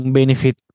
benefit